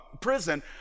prison